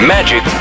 Magic